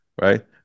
Right